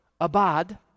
abad